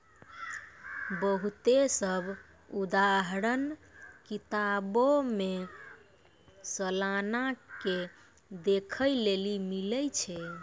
बहुते सभ उदाहरण किताबो मे सलाना के देखै लेली मिलै छै